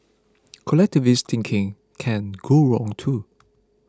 collectivist thinking can go wrong too